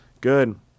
Good